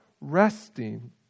resting